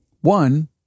One